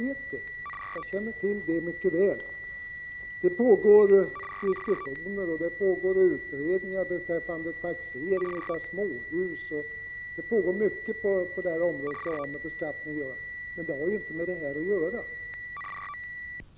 Ja, jag vet att det pågår diskussioner och utredningar beträffande taxering av småhus och en hel del annat på skatteområdet. Men allt detta har ju inte med denna fråga att göra.